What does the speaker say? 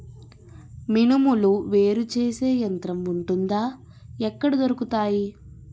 మినుములు వేరు చేసే యంత్రం వుంటుందా? ఎక్కడ దొరుకుతాయి?